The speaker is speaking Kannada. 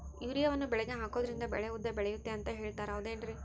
ಯೂರಿಯಾವನ್ನು ಬೆಳೆಗೆ ಹಾಕೋದ್ರಿಂದ ಬೆಳೆ ಉದ್ದ ಬೆಳೆಯುತ್ತೆ ಅಂತ ಹೇಳ್ತಾರ ಹೌದೇನ್ರಿ?